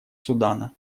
судана